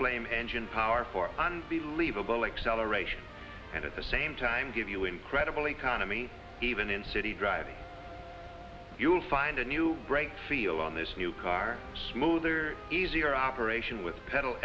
flame engine power for unbelievable acceleration and at the same time give you incredible economy even in city driving you'll find a new great feel on this new car smoother easier operation with pedal